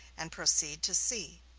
and proceed to sea.